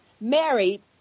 Mary